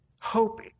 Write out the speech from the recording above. hope